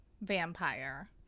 vampire